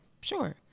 Sure